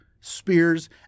spears